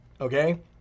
Okay